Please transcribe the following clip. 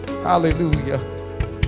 Hallelujah